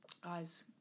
guys